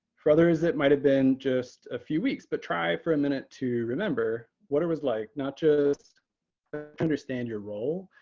for others, it might have been just a few weeks. but try for a minute to remember what it was like not just to understand your role,